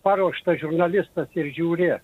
paruoštas žurnalistas ir žiūri